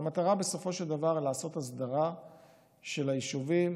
והמטרה בסופו של דבר היא לעשות הסדרה של היישובים,